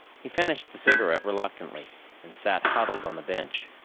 he finished the cigarette reluctantly and sat huddled on the bench,